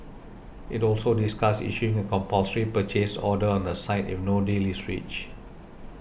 it also discussed issuing a compulsory purchase order on the site if no deal is reached